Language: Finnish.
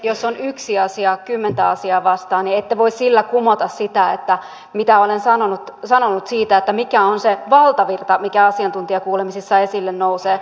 jos on yksi asia kymmentä asiaa vastaan niin ette voi sillä kumota sitä mitä olen sanonut siitä mikä on se valtavirta mikä asiantuntijakuulemisissa esille nousee